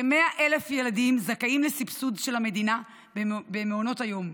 כ-100,000 ילדים זכאים לסבסוד של המדינה במעונות היום,